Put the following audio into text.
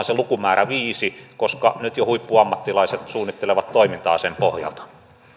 se lukumäärä viisi koska nyt jo huippuammattilaiset suunnittelevat toimintaa sen pohjalta myönnän